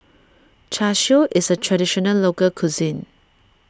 Char Siu is a Traditional Local Cuisine